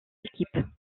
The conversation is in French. équipe